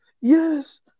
Yes